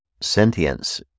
sentience